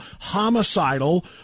homicidal